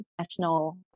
national